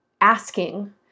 asking